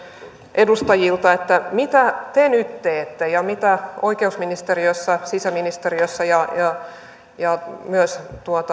edustajilta mitä te nyt teette ja mitä oikeusministeriössä sisäministeriössä ja ja myös